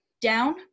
down